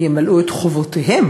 ימלאו את חובותיהן